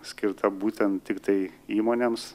skirta būtent tiktai įmonėms